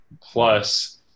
plus